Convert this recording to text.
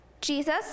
Jesus